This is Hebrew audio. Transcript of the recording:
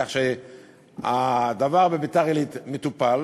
כך שהדבר בביתר-עילית מטופל.